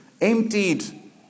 emptied